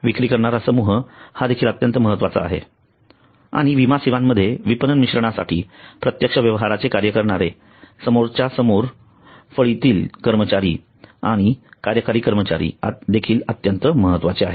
विक्री करणारा समूह हा देखील अत्यंत महत्वाचा आहे आणि विमा सेवांमध्ये विपणन मिश्रणासाठी प्रत्यक्ष व्यवहाराचे कार्य करणारे समोरच्या समोरच्या फळीतील कर्मचारी आणि कार्यकारी कर्मचारी देखील अत्यंत महत्वाचे आहेत